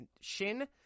shin